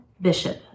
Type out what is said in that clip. Bishop